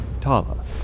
Tala